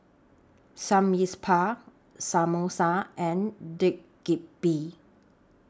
Samgyeopsal Samosa and Dak Galbi